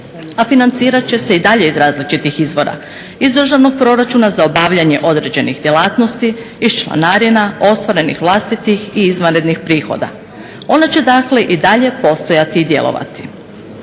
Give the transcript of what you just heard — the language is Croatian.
a financirat će se i dalje iz različitih izvora. Iz državnog proračuna za obavljanje određenih djelatnosti, iz članarina ostvarenih vlastitih i izvanrednih prihoda. Ona će dakle i dalje postojati i djelovati.